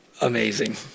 Amazing